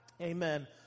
Amen